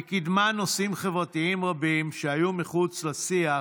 היא קידמה נושאים חברתיים רבים שהיו מחוץ לשיח